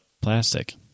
plastic